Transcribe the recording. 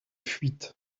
fuite